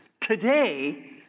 today